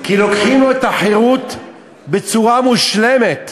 כי לוקחים לו את החירות בצורה מושלמת.